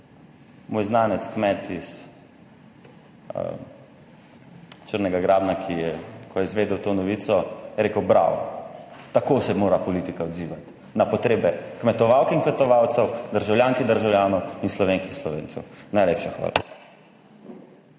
Moj znanec, kmet iz Črnega grabna, ko je izvedel to novico, je rekel bravo, tako se mora politika odzivati na potrebe kmetovalk in kmetovalcev, državljank in državljanov in Slovenk in Slovencev. Najlepša hvala.